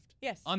Yes